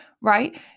Right